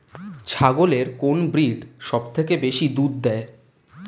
ছাগলের কোন ব্রিড সবথেকে বেশি দুধ দেয়?